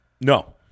No